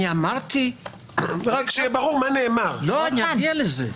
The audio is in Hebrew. אגיע לזה.